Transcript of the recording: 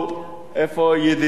עם מורסי, עם מורסי.